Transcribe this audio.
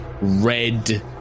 red